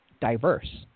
diverse